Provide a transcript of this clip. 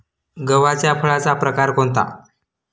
गव्हाच्या फळाचा प्रकार कोणता?